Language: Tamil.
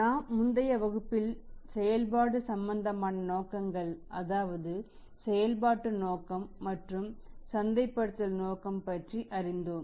நாம் முந்தைய வகுப்பில் செயல்பாடு சம்பந்தமான நோக்கங்கள் அதாவது செயல்பாட்டு நோக்கம் மற்றும் சந்தைப்படுத்தல் நோக்கம் பற்றி அறிந்தோம்